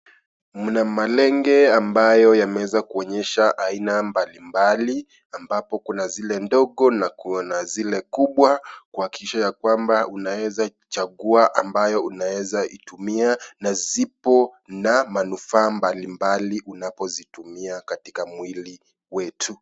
Mna malenge ambayo yameweza kuonyesha aina mbalimbali , ambapo kuna zile ndogo na kuna zile kubwa kuhakikisha ya kwamba unaeza chagua ambayo unaeza itumia na zipo na manufaa mbalimbali unapozitumia katika mwili wetu.